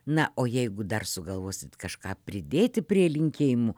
na o jeigu dar sugalvosit kažką pridėti prie linkėjimų